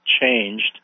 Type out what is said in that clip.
changed